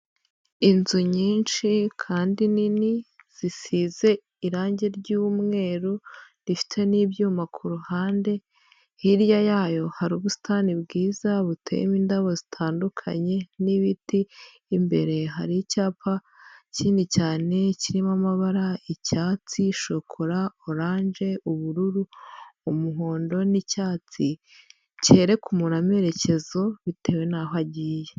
Inzu nyinshi kandi nini zisize irangi ry'umweru rifite n'ibyuma kuruhande, hirya yayo hari ubusitani bwiza buteyemo indabo zitandukanye n'ibiti, imbere hari icyapa kinini cyane kirimo amabara icyatsi, shokora, oranje, ubururu, umuhondo, n'icyatsi cyerereka umuntub amerekezo bitewe n'aho agiye.